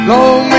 Long